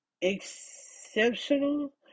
exceptional